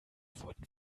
wurden